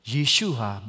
Yeshua